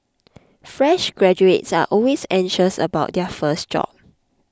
fresh graduates are always anxious about their first job